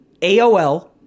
AOL